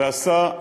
ועשה,